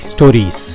Stories